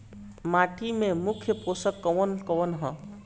माटी में मुख्य पोषक कवन कवन ह?